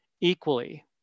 equally